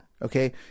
Okay